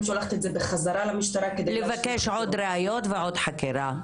שולחת את זה בחזרה למשטרה --- לבקש עוד ראיות ועוד חקירה.